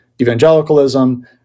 evangelicalism